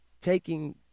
taking